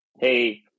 hey